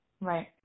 Right